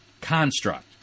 construct